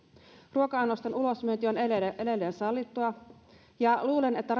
ruoka annosten ulosmyynti on edelleen edelleen sallittua ja luulen että